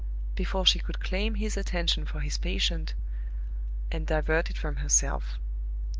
before she could claim his attention for his patient and divert it from herself.